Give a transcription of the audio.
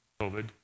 COVID